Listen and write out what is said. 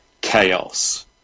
chaos